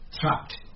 trapped